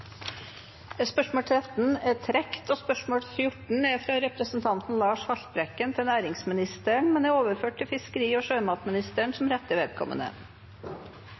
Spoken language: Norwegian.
er trukket tilbake. Dette spørsmålet, fra representanten Lars Haltbrekken til næringsministeren, er overført til fiskeri- og sjømatministeren som rette vedkommende.